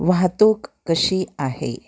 वाहतूक कशी आहे